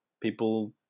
People